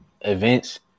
events